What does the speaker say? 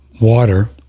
water